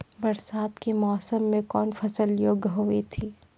बरसात के मौसम मे कौन फसल योग्य हुई थी?